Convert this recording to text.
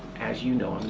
as you know,